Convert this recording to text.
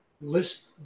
list